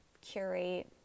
curate